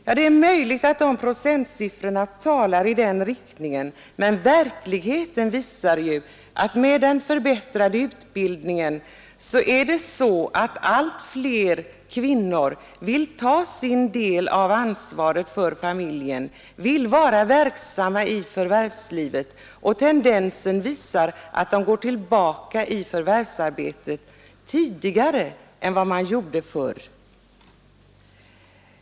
Ja, det är möjligt att de procenttal som nämndes talar för herr Ringabys uppfattning, men verkligheten visar ju att allt fler kvinnor genom den förbättrade utbildningen vill ta sin del av ansvaret för familjen och vara verksamma i förvärvslivet, och tendensen pekar mot att de går tillbaka i förvärvsarbete tidigare än förr.